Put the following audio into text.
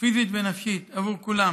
פיזית ונפשית, עבור כולם,